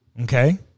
Okay